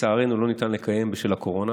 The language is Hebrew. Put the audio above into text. לצערנו לא ניתן לקיים בשל הקורונה,